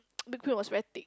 whipped cream was very thick